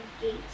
gate